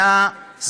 היה אותו משיב,